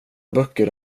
böcker